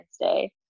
Day